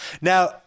now